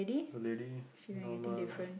the lady normal